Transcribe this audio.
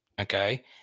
Okay